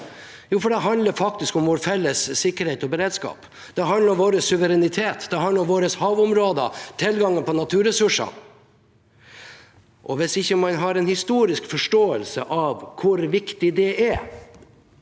Jo, fordi det handler om vår felles sikkerhet og beredskap. Det handler om vår suverenitet, det handler om våre havområder og tilgangen på naturressurser. Hvis man ikke har en historisk forståelse av hvor viktig det er,